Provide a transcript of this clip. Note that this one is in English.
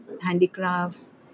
handicrafts